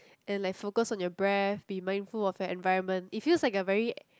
and like focus on your breath be mindful of your environment it feels like a very